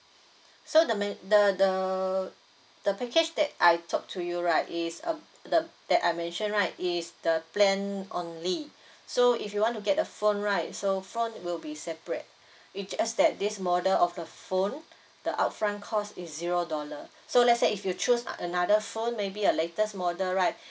so the minim~ the the the package that I talk to you right is um the that I mentioned right is the plan only so if you want to get the phone right so phone will be separate it just that this model of the phone the upfront cost is zero dollar so let's say if you choose uh another phone maybe a latest model right